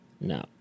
No